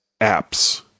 apps